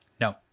No